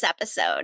episode